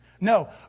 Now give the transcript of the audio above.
No